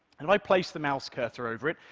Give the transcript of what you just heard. and i place the mouse cursor over it,